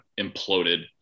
imploded